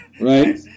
Right